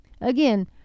Again